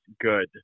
good